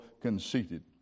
conceited